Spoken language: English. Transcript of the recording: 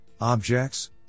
objects